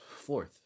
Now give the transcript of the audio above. Fourth